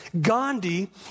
Gandhi